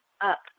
up